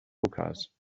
hookahs